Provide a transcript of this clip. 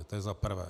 To za prvé.